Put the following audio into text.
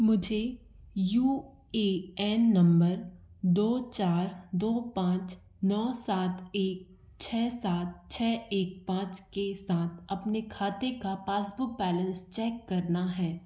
मुझे U A N number दो चार दो पाँच नौ सात एक छः सात छः एक पाँच के साथ अपने खाते का पासबुक बैलेंस चेक करना है